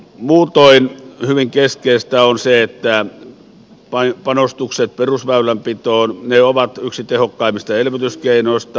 muutoin hyvin keskeistä on se että panostukset perusväylänpitoon ovat yksi tehokkaimmista elvytyskeinoista